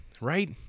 Right